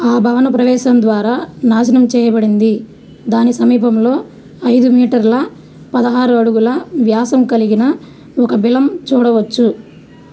ఆ భవన ప్రవేశ ద్వారం నాశనం చేయబడింది దాని సమీపంలో ఐదు మీటర్ల పదహారు అడుగుల వ్యాసం కలిగిన ఒక బిలం చూడవచ్చు